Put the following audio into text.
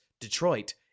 Detroit